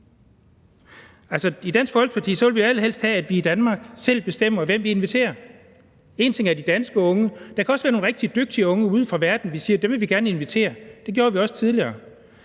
I Dansk Folkeparti vil vi allerhelst have, at vi i Danmark selv bestemmer, hvem vi inviterer. En ting er de danske unge, og der kan også være nogle rigtig dygtige ude i verden, som vi gerne vil invitere. Det gjorde vi også tidligere,